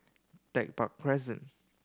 Tech Park Crescent